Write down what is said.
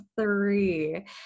three